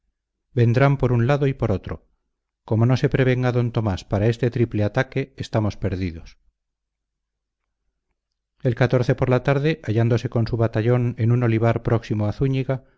vendrán por un lado y por otro como no se prevenga d tomás para este triple ataque estamos perdidos el por la tarde hallándose con su batallón en un olivar próximo a zúñiga